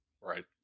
Right